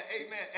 Amen